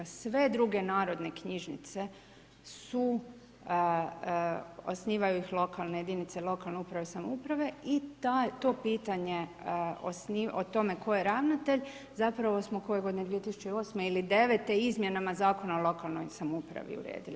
Sve druge narodne knjižnice osnivaju ih lokalne jedinice, lokalne uprave i samouprave i to pitanje o tome tko je ravnatelj zapravo smo koje godine, 2008. ili 2009. izmjenama zakona o lokalnoj samoupravi uredili.